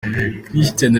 christian